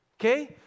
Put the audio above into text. Okay